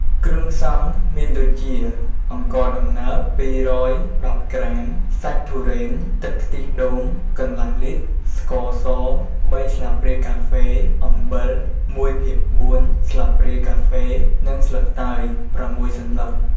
គ្រឿងផ្សំមានដូចជា អង្ករដំណើប ២១០ក្រាម សាច់ទុរេន ទឹកខ្ទិះដូងកន្លះលីត្រ ស្ករស ៣ស្លាបព្រាកាហ្វេ អំបិល ១ភាគ៤ស្លាបព្រាកាហ្វេ និងស្លឹកតើយ ៦សន្លឹក។